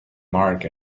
mark